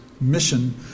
mission